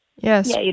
Yes